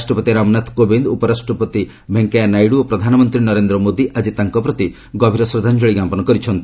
ରାଷ୍ଟ୍ରପତି ରାମନାଥ କୋବିନ୍ଦ ଉପରାଷ୍ଟ୍ରପତି ଭେଙ୍କେୟା ନାଇଡୁ ଓ ପ୍ରଧାନମନ୍ତ୍ରୀ ନରେନ୍ଦ୍ର ମୋଦି ଆଜି ତାଙ୍କପ୍ରତି ଶ୍ରଦ୍ଧାଞ୍ଜଳି ଅର୍ପଣ କରିଛନ୍ତି